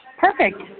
Perfect